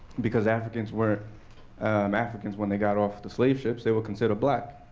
because africans were um africans when they got off the slave ships, they were considered black,